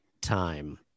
time